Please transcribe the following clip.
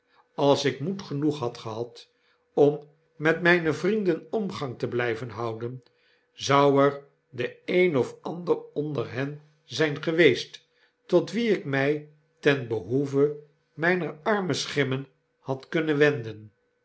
als ik moed genoeg had gehad om met rngne vrienden omgang te blyven houden zou er de een of ander onder hen zfln geweest tot wien ik my ten behoeve myner arme schimmen had kunnen wenden